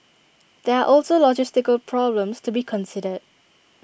there are also logistical problems to be considered